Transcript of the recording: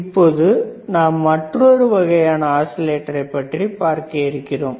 இப்பொழுது நாம் மற்றொரு வகையான ஆஸிலேட்டரை பற்றி பார்க்க இருக்கிறோம்